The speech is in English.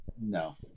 no